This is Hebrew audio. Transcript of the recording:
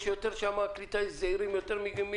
יש